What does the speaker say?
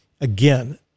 again